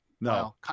no